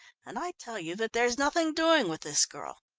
and i tell you that there's nothing doing with this girl.